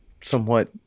somewhat